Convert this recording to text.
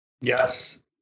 Yes